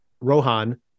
rohan